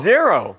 Zero